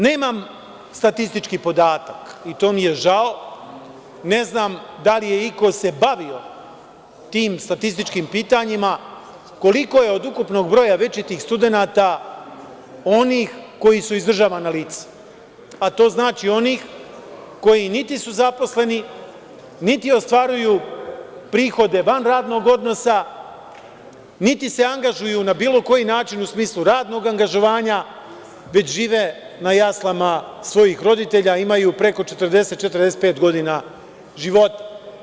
Nemam statistički podatak i to mi je žao, ne znam da li se iko bavio tim statističkim pitanjima, koliko je od ukupnog broja večitih studenata onih koji su izdržavana lica, a to znači koji niti su zaposleni, niti ostvaruju prihode van radnog odnosa, niti se angažuju na bilo koji način u smislu radnog angažovanja, već žive na jaslama svojih roditelja, imaju preko 40, 45 godina života.